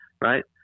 Right